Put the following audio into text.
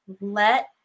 let